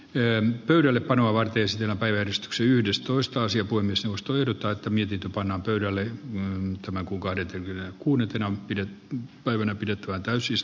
työn pöydällepanoa vaan viestinä päivänä stx yhdestoista sija kuin suostui odottaa tamilit pannaan pöydälle ennen tämän kuukauden sen yllä kuudentena pidettiin päivänä pidettävä täysis